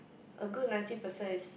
a good ninety percent is